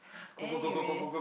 anyway